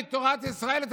מתורת ישראל,